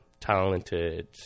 talented